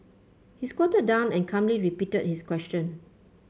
he squatted down and calmly repeated his question